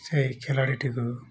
ସେ ଖିଲାଡ଼ିଟିକୁ